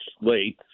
late